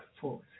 force